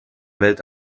welt